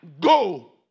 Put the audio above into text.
go